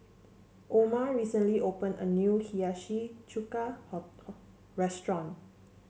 Oma recently opened a new Hiyashi Chuka restaurant